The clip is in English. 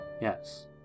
Yes